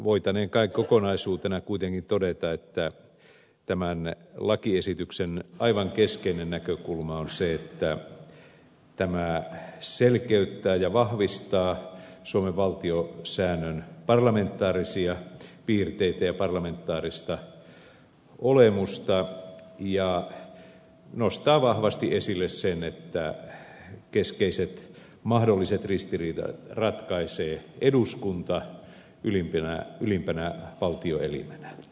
voitaneen kai kokonaisuutena kuitenkin todeta että tämän lakiesityksen aivan keskeinen näkökulma on se että tämä selkeyttää ja vahvistaa suomen valtiosäännön parlamentaarisia piirteitä ja parlamentaarista olemusta ja nostaa vahvasti esille sen että keskeiset mahdolliset ristiriidat ratkaisee eduskunta ylimpänä valtioelimenä